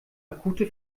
akute